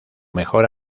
mejor